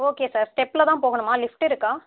okay sir ஸ்டெப்பில் தான் போகணுமா லிஃப்ட் இருக்கா